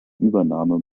übernahme